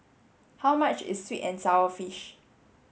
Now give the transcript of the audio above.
how much is sweet and sour fish